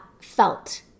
felt